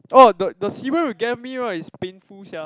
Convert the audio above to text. [orh} the the serum you gave me right is painful sia